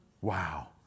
Wow